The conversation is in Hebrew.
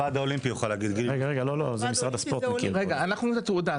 אנחנו נותנים את התעודה,